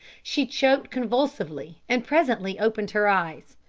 she choked convulsively, and presently opened her eyes.